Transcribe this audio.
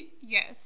Yes